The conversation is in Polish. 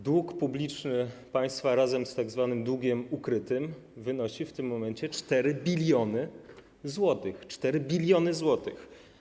Dług publiczny państwa razem z tzw. długiem ukrytym wynosi w tym momencie 4 biliony zł - 4 biliony zł.